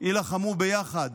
יילחמו ביחד